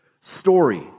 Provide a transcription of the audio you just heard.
story